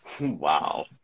Wow